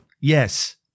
Yes